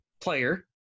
player